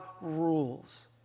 rules